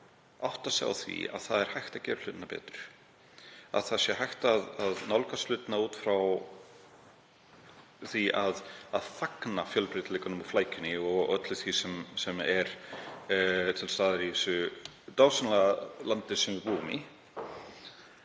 átta sig á því að það er hægt að gera hlutina betur, að það er hægt að nálgast hlutina út frá því að fagna fjölbreytileikanum og flækjunni og öllu því sem er til staðar í því dásamlega landi sem við búum í